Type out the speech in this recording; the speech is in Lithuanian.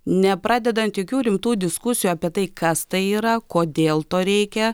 nepradedant jokių rimtų diskusijų apie tai kas tai yra kodėl to reikia